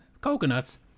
coconuts